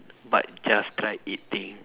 but just try it thing